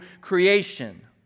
creation